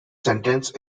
sentence